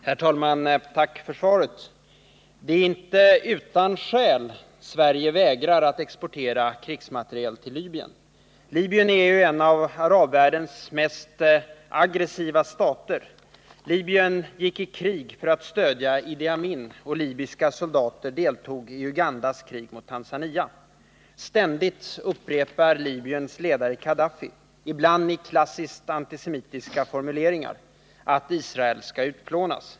Herr talman! Jag tackar handelsministern för svaret. Det är inte utan skäl Sverige vägrar att exportera krigsmateriel till Libyen. Libyen är en av arabvärldens mest aggressiva stater. Libyen gick i krig för att stödja Idi Amin, och libyska soldater deltog i Ugandas krig mot Tanzania. Ständigt upprepar Libyens ledare Khadaffi, ibland i klassiskt antisemitiska formuleringar, att Israel skall utplånas.